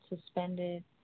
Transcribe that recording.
suspended